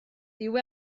dyw